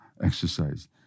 exercise